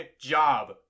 job